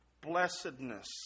blessedness